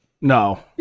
no